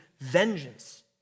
vengeance